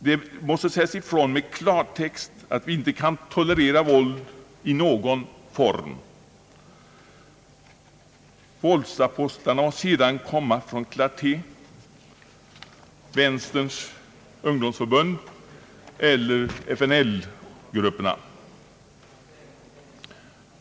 Det måste sägas ifrån med klartext att vi icke kan tolerera våld i någon form, våldsapostlarna må sedan komma från Clarté, Vänsterns ungdomsförbund eller FNL-grupperna.